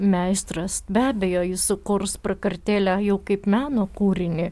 meistras be abejo jis sukurs prakartėlę jau kaip meno kūrinį